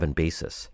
basis